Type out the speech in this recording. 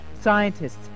scientists